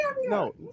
No